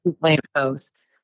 lampposts